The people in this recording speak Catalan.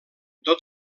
tot